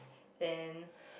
then